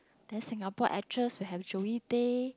then Singapore actress we have Zoey-Tay